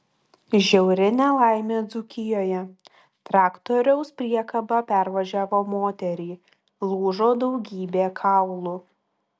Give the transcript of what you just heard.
žiauri nelaimė dzūkijoje traktoriaus priekaba pervažiavo moterį lūžo daugybė kaulų